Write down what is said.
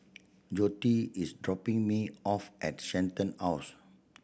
Joette is dropping me off at Shenton House